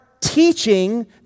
teaching